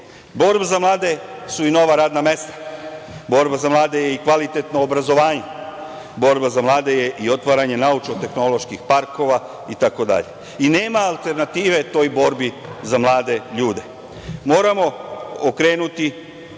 svi. Borba za mlade su i nova radna mesta. Borba za mlade je i kvalitetno obrazovanje. Borba za mlade je i otvaranje naučno-tehnoloških parkova itd. Nema alternative toj borbi za mlade ljude. Moramo, okrenuti